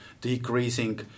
decreasing